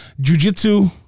jiu-jitsu